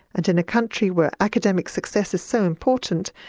and in a country where academic success is so important,